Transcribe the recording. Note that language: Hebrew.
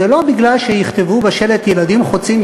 זה לא שאם יכתבו בשלט "ילדים חוצים,